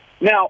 Now